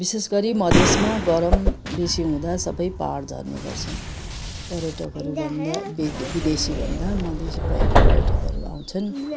विशेषगरी मधेसमा गरम बेसी हुदाँ सबै पहाड झर्ने गर्छन पर्यटकहरूभन्दा विदेशीभन्दा मधेसी पर पर्यटकहरू आउँछन्